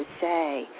say